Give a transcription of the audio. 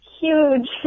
huge